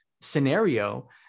scenario